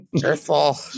Careful